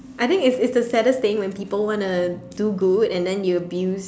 I think it's it's the saddest thing when people wanna do good and then you abuse